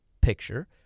picture